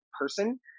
person